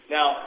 Now